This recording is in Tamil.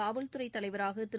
காவல்துறை தலைவராக திரு